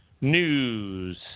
News